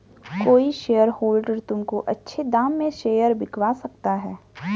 कोई शेयरहोल्डर तुमको अच्छे दाम में शेयर बिकवा सकता है